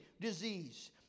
disease